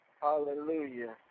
Hallelujah